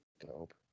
Dope